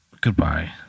goodbye